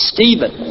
Stephen